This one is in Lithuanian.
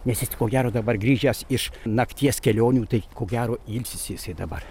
nes jis ko gero dabar grįžęs iš nakties kelionių tai ko gero ilsisi jisai dabar